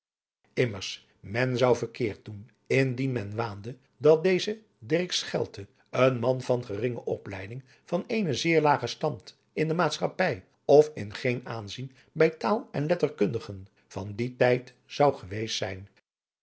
men zou verkeerd doen indien men waande dat deze dirk schelte een man van geringe opleiding van eenen zeer lagen stand in de maatschappij of in geen aanzien bij taal en letterkundigen van dien tijd zou geweest zijn